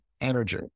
energy